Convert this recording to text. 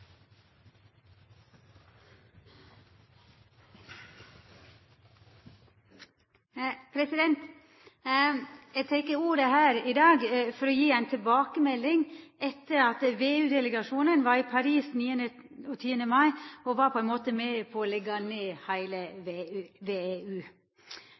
Eg tek ordet her i dag for å gje ei tilbakemelding etter at VEU-delegasjonen var i Paris 9. og 10. mai og på ein måte var med på å leggja ned heile